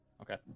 Okay